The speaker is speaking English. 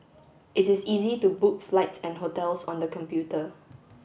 it is easy to book flights and hotels on the computer